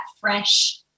fresh